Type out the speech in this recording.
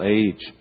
age